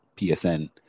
PSN